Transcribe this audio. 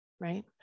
right